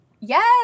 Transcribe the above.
Yes